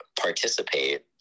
participate